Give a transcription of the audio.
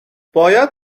باید